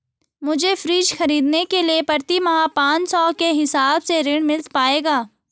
मुझे फ्रीज खरीदने के लिए प्रति माह पाँच सौ के हिसाब से ऋण मिल पाएगा?